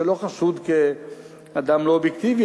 שלא חשוד כאדם לא אובייקטיבי,